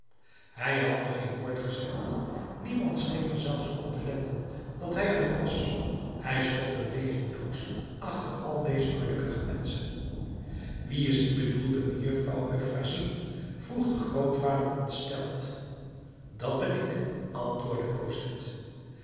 hij had nog geen woord gezegd niemand scheen er zelfs op te letten dat hij er nog was hij stond bewegingloos achter al deze gelukkige menschen wie is die bedoelde mejuffrouw euphrasie vroeg de grootvader ontsteld dat ben ik antwoordde